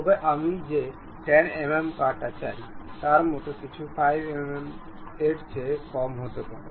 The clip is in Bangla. তবে আমি যে 10 mm কাটা চাই তার মতো কিছু 5 mm এর চেয়ে কম হতে পারে